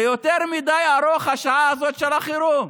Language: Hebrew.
זה יותר מדי ארוך, השעה הזאת של החירום.